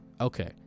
Okay